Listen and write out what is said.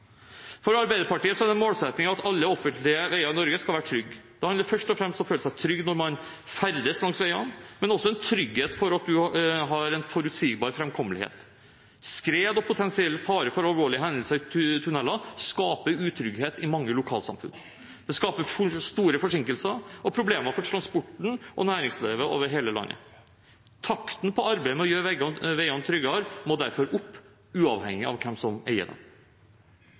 For Arbeiderpartiet er det en målsetting at alle offentlige veier i Norge skal være trygge. Det handler først og fremst om å føle seg trygg når man ferdes langs veiene, men også om en trygghet for at man har en forutsigbar framkommelighet. Skred og potensiell fare for alvorlige hendelser i tunneler skaper utrygghet i mange lokalsamfunn. Det skaper store forsinkelser og problemer for transporten og næringslivet over hele landet. Takten på arbeidet med å gjøre veiene tryggere må derfor opp, uavhengig av hvem som eier dem. Framtiden er